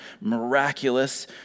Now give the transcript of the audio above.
miraculous